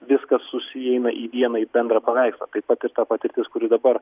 viskas susieina į vieną į bendrą paveikslą taip pat ir ta patirtis kuri dabar